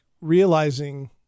realizing